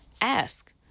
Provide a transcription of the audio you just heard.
ask